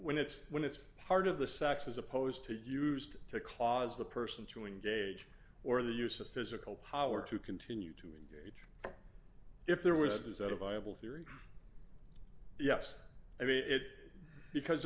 when it's when it's part of the sex as opposed to used to cause the person to engage or the use of physical power to continue to endure if there was is that a viable theory yes i mean it because